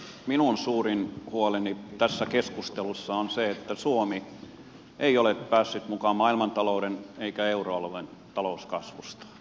minun suurin huoleni tässä keskustelussa on se että suomi ei ole päässyt mukaan maailmantalouden eikä euroalueen talouskasvuun